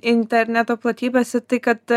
interneto platybėse tai kad